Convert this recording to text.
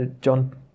John